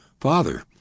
father